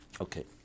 Okay